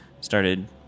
started